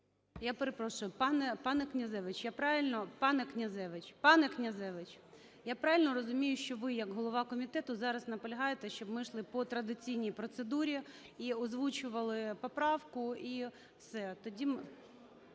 Князевич, пане Князевич! Я правильно розумію, що ви як голова комітету зараз наполягаєте, щоб ми йшли по традиційній процедурі і озвучували поправку і все.